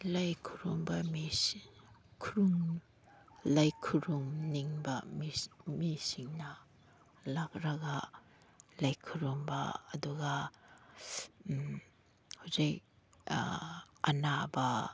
ꯂꯥꯏ ꯈꯨꯔꯨꯝꯕ ꯂꯥꯏ ꯈꯨꯔꯨꯝꯅꯤꯡꯕ ꯃꯤꯁꯤꯡꯅ ꯂꯥꯛꯂꯒ ꯂꯥꯏ ꯈꯨꯔꯨꯝꯕ ꯑꯗꯨꯒ ꯍꯧꯖꯤꯛ ꯑꯅꯥꯕ